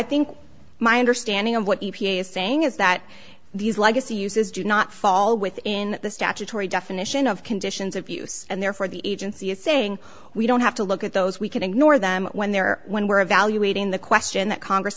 think my understanding of what you're saying is that these legacy uses do not fall within the statutory definition of conditions of use and therefore the agency is saying we don't have to look at those we can ignore them when they're when we're evaluating the question that congress